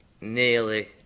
nearly